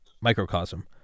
microcosm